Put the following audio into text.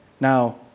Now